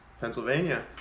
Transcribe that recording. Pennsylvania